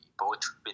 poetry